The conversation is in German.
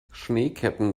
schneeketten